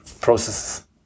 processes